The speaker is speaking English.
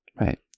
Right